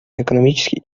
экономически